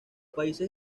países